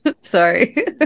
Sorry